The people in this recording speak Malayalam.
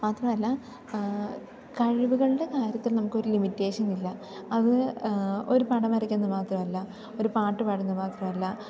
മാത്രമല്ല കഴിവുകളുടെ കാര്യത്തിൽ നമുക്കൊരു ലിമിറ്റേഷനില്ല അത് ഒരു പടം വരക്കുന്ന മാത്രമല്ല ഒരു പാട്ട് പാടുന്നതു മാത്രമല്ല